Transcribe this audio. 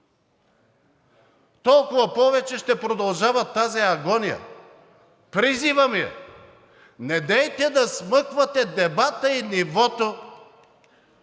толкова повече ще продължава тази агония. Призивът ми е, недейте да смъквате дебата и нивото